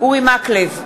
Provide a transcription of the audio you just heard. אורי מקלב,